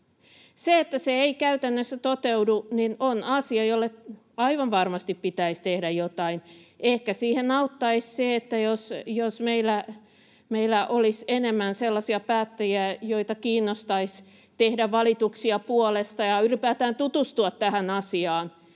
Se, että se ei käytännössä toteudu, on asia, jolle aivan varmasti pitäisi tehdä jotain. Ehkä siihen auttaisi se, jos meillä olisi enemmän sellaisia päättäjiä, joita kiinnostaisi tehdä valituksia puolesta ja ylipäätään tutustua tähän asiaan,